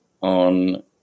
on